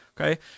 Okay